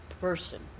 person